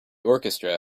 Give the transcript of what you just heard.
orchestra